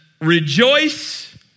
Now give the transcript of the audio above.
rejoice